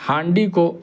ہانڈی کو